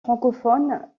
francophones